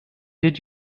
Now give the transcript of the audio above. did